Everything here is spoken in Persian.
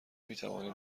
میتوانیم